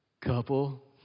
Couple